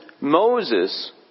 Moses